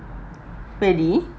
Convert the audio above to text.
really